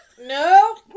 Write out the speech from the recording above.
No